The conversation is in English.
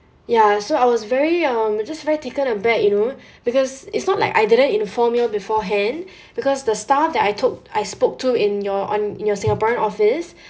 ya so I was very um just like taken aback you know because it's not like I didn't inform you all beforehand because the staff that I took I spoke to in your on in your singaporean office